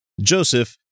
Joseph